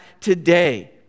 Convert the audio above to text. today